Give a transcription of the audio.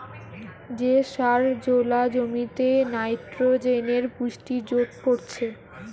যে সার জোলা জমিতে নাইট্রোজেনের পুষ্টি যোগ করছে